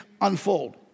unfold